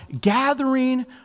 gathering